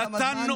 תם הזמן.